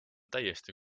täiesti